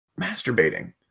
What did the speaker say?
masturbating